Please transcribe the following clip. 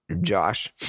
Josh